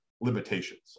limitations